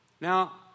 Now